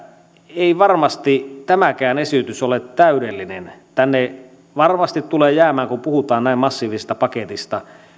ei varmasti tämäkään esitys ole täydellinen tänne varmasti tulee jäämään kun puhutaan näin massiivisesta paketista